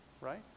right